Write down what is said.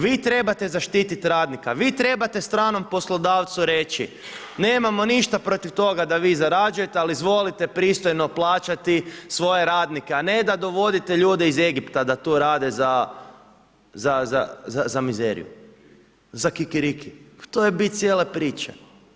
Vi trebate zaštiti radnika, vi trebate stranom poslodavcu reći nemamo ništa protiv toga da vi zarađujete ali izvolite pristojno plaćati svoje radnike a ne da dovodite ljude iz Egipta da tu rade za mizeriju, za kikiriki, to je bit cijele priče.